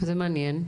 זה מעניין.